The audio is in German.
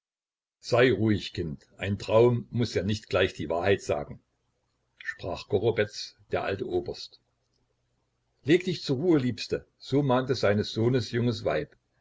sei ruhig kind ein traum muß ja nicht gleich die wahrheit sagen sprach gorobetz der alte oberst leg dich zur ruhe liebste so mahnte seines sohnes junges weib